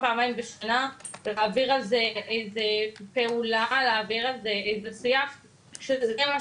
איך להעביר מסר כזה שאני כהורה,